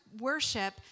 worship